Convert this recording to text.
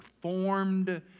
formed